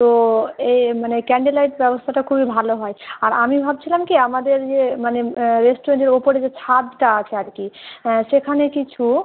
তো এ মানে ক্যান্ডেল লাইট ব্যবস্থাটা খুবই ভালো হয় আর আমি ভাবছিলাম কি আমাদের যে মানে রেস্টুরেন্টের উপরে যে ছাদটা আছে আর কি হ্যাঁ সেখানে কিছু